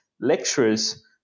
lecturers